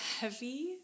heavy